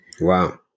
Wow